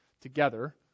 together